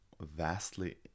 vastly